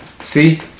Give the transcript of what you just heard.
See